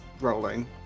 rolling